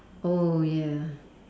oh ya